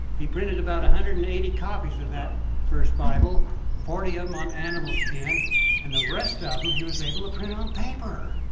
he printed about a hundred and eighty copies of that first bible forty of them on animal skin and the rest of them he was able to print on paper!